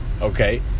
okay